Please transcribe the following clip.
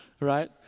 right